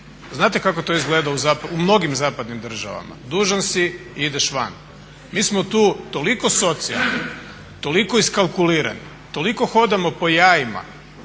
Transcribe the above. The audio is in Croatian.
Znate kako to izgleda u mnogim zapadnim državama? Dužan si i ideš van. Mi smo tu toliko socijalni, toliko iskalkulirani, toliko hodamo po jajima